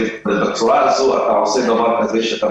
--- בצורה הזו אתה עושה דבר כזה שאתה